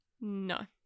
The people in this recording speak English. No